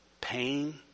pain